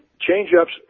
change-ups